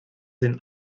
den